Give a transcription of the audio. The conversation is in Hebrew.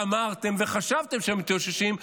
אמרתם וחשבתם שאתם מתאוששים,